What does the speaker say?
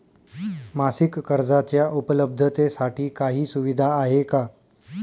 मासिक कर्जाच्या उपलब्धतेसाठी काही सुविधा आहे का?